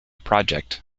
project